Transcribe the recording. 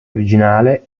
originale